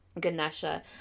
Ganesha